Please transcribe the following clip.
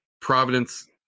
Providence